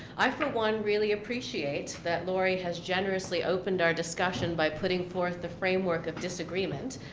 i, for one, really appreciate that lori has generously opened our discussion by putting forth the framework of disagreement.